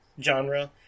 genre